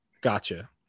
gotcha